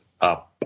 up